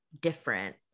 different